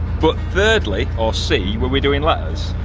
but thirdly or c, were we doing letters?